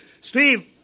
Steve